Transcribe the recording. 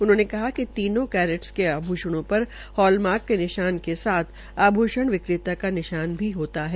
उन्होंने कहा कि तीनों कैरेटस के आभूषणों पर हॉलमार्क के निशान के साथ आभूषण विक्रताओ का निशान भी होता है